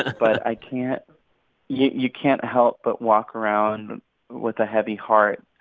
but i can't you can't help but walk around with a heavy heart,